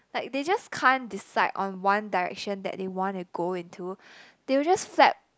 like they just can't decide on one direction that they want to go into they'll just flap